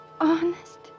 Honest